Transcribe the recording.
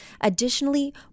Additionally